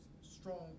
Strong